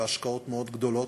בהשקעות מאוד גדולות,